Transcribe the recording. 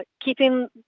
keeping